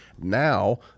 now